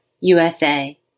USA